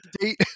date